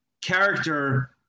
character